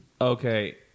Okay